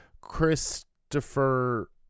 Christopher